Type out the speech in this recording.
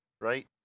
Right